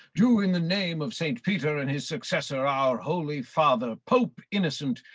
do in the name of saint peter and his successor our holy father pope innocent,